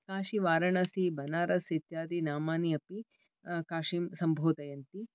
काशी वाराणासी बनारस् इत्यादि नामानि अपि काशीं सम्बोधयन्ति